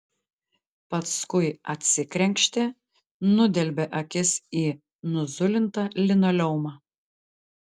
paskui atsikrenkštė nudelbė akis į nuzulintą linoleumą